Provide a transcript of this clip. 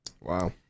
Wow